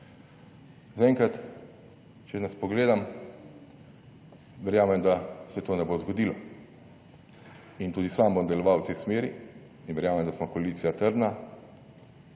Zaenkrat, če nas pogledam, verjamem, da se to ne bo zgodilo in tudi sam bom deloval v tej smeri in verjamem, da smo koalicija trdna,